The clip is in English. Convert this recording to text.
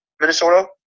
Minnesota